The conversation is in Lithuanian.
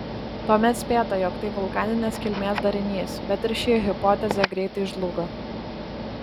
tuomet spėta jog tai vulkaninės kilmės darinys bet ir ši hipotezė greitai žlugo